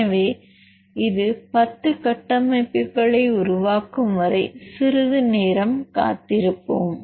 எனவே இது 10 கட்டமைப்புகளை உருவாக்கும் வரை சிறிது நேரம் காத்திருப்போம்